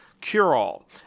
cure-all